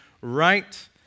right